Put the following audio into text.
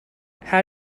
how